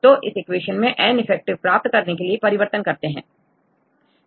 तो इस इक्वेशन को N इफेक्टिव प्राप्त करने के लिए परिवर्तित करते हैं